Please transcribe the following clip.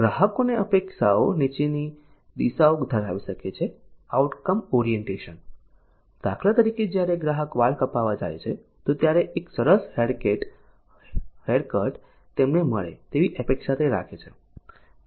ગ્રાહકોની અપેક્ષાઓ નીચેની દિશાઓ ધરાવી શકે છે આઉટકમ ઓરિએન્ટેશન દાખલા તરીકે જ્યારે ગ્રાકહ વાળ કપાવવા જાય છે તો ત્યારે એક સરસ હેરકટ તેમને મળે એવી અપેક્ષા તે રાખે છે